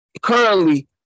currently